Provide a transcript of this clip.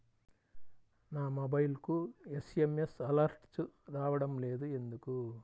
నా మొబైల్కు SMS alerts రావడం లేదు ఎందుకు?